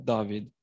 David